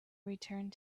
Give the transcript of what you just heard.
returned